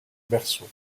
berceau